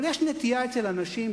אבל נטייה אצל אנשים,